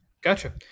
Gotcha